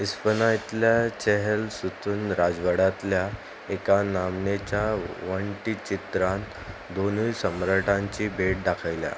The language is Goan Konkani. इस्पनांयतल्या चेहल सुतू राजवड्यांतल्या एका नामनेच्या वण्टीचित्रांत दोनूय सम्राटांची भेट दाखयल्या